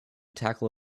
tackle